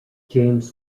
james